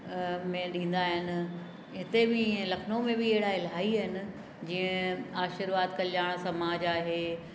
में ॾींदा आहिनि हिते बि ईअं लखनऊ में बि अहिड़ा इलाही आहिनि जीअं आशीर्वाद कल्याण समाज आहे